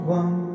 one